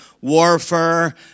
warfare